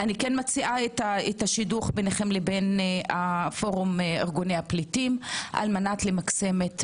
אני כן מציעה את השידוך ביניכם לפורום ארגוני הפליטים כדי למקסם את